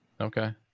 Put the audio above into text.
Okay